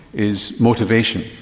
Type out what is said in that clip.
is motivation,